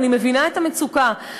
אני מבינה את המצוקה,